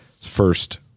first